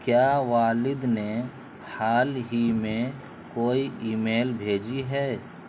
کیا والد نے حال ہی میں کوئی ایمیل بھیجی ہے